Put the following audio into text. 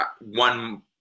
one